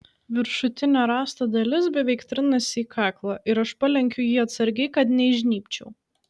viršutinė rąsto dalis beveik trinasi į kaklą ir aš palenkiu jį atsargiai kad neįžnybčiau